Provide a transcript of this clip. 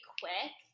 quick